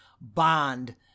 bond